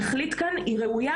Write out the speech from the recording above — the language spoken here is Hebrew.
התכלית כאן היא ראויה,